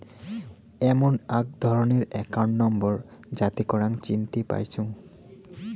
এমন আক ধরণের একাউন্ট নম্বর যাতে করাং চিনতে পাইচুঙ